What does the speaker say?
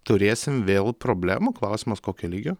turėsim vėl problemų klausimas kokio lygio